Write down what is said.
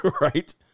right